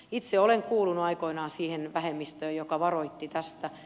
itse olen kuulunut aikoinaan siihen vähemmistöön joka varoitti tästä